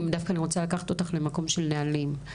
אני רוצה לקחת אותך למקום של נהלים.